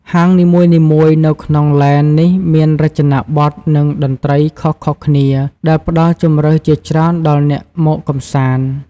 ហាងនីមួយៗនៅក្នុង ឡេន នេះមានរចនាបថ និងតន្ត្រីខុសៗគ្នា ដែលផ្ដល់ជម្រើសជាច្រើនដល់អ្នកមកកម្សាន្ត។